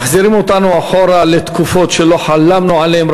מחזירים אותנו אחורה לתקופות שלא חלמנו עליהן,